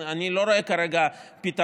אני לא רואה כרגע פתרון,